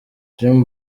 dream